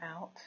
out